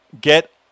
get